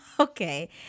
Okay